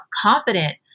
confident